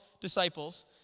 disciples